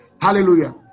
Hallelujah